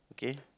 okay